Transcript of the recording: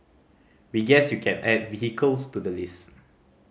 we guess you can add vehicles to the list